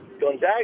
Gonzaga